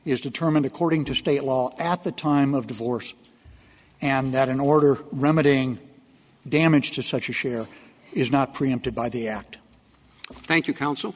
is determined according to state law at the time of divorce and that in order remedying damage to such a share is not preempted by the act thank you counsel